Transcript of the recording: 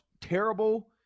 terrible